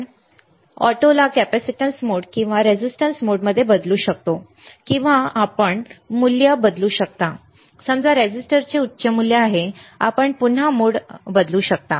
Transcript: आपण ऑटोला capacitance mode किंवा रेझिस्टन्स मोडमध्ये बदलू शकता किंवा आपण बदलू शकता मूल्य समजा रेझिस्टरचे उच्च मूल्य आहे आपण पुन्हा मोड बदलू शकता